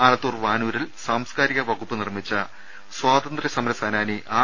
ആലത്തൂർ വാനൂരിൽ സാംസ്കാരികവകുപ്പ് നിർമിച്ച സ്വാതന്ത്ര്യസമരസേനാനി ആർ